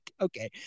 okay